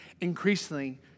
Increasingly